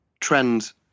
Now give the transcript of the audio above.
trends